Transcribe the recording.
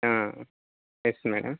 yes madam